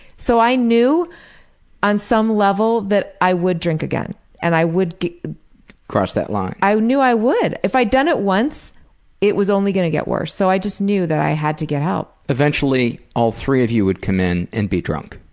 so i knew on some level that i would drink again and i would paul cross that line. i knew i would. if i'd done it once it was only gonna get worse. so i just knew that i had to get help. eventually all three of you would come in and be drunk,